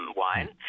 wine